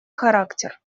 характер